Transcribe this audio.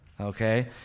okay